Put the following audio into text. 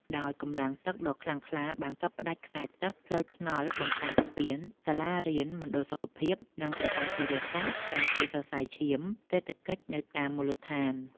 ដោយកម្លាំងទឹកដ៏ខ្លាំងក្លាបានកាត់ផ្ដាច់ខ្សែទឹក ផ្លូវថ្នល់ បំផ្លាញស្ពាន សាលារៀន មណ្ឌលសុខភាព និងប្រព័ន្ធធារាសាស្ត្រដែលជាសរសៃឈាមសេដ្ឋកិច្ចនៅតាមមូលដ្ឋាន។